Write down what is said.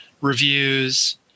reviews